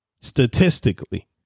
Statistically